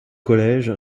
collège